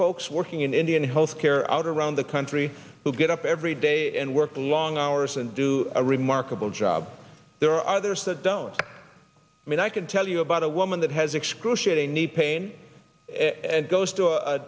folks working in indian health care out around the country who get up every day and work long hours and do a remarkable job there are others that don't mean i can tell you about a one that has excruciating knee pain and goes to a